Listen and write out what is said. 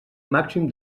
màxim